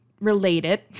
related